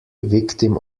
victim